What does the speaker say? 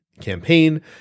campaign